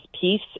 peace